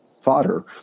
fodder